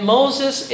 Moses